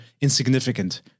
insignificant